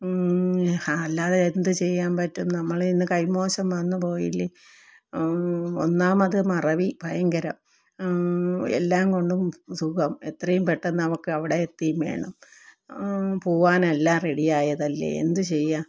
അല്ലാതെ എന്ത് ചെയ്യാന് പറ്റും നമ്മളില്നിന്ന് കൈമോശം വന്നുപോയില്ലേ ഒന്നാമത് മറവി ഭയങ്കരം എല്ലാംകൊണ്ടും സുഖം എത്രയും പെട്ടെന്ന് അവള്ക്ക് അവിടെ എത്തുകയും വേണം പോവാനെല്ലാം റെഡി ആയതല്ലേ എന്ത് ചെയ്യാം